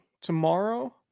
tomorrow